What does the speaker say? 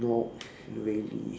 not really